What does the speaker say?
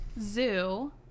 Zoo